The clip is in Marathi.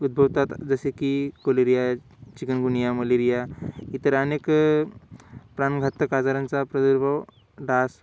उद्भवतात जसे की कोलेरिया चिकनगुनिया मलेरिया इतर अनेक प्राणघातक आजारांचा प्रादुर्भाव डास